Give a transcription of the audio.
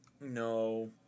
No